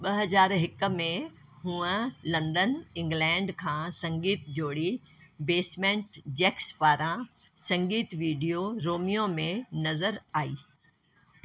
ॿ हज़ार हिकु में हूअ लंदन इंग्लैंड खां संगीत जोड़ी बेसमेंट जैक्स पारां संगीत वीडियो रोमियो में नज़र आई